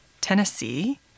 Tennessee